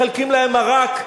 מחלקים להם מרק.